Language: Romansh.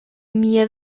mia